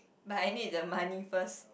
but I need the money first